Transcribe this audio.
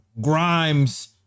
Grimes